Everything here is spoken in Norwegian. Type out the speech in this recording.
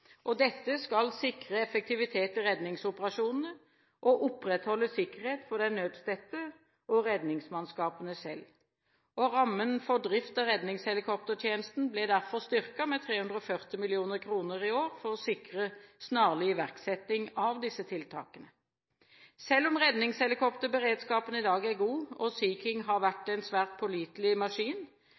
Dette skal sikre effektivitet i redningsoperasjonene og opprettholde sikkerhet for den nødstedte og redningsmannskapene selv. Rammen for drift av redningshelikoptertjenesten ble derfor styrket med 340 mill. kr i år for å sikre snarlig iverksetting av disse tiltakene. Selv om redningshelikopterberedskapen i dag er god og Sea King har vært en svært pålitelig maskin,